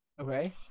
okay